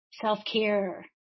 self-care